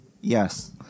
Yes